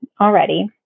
already